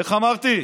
איך אמרתי?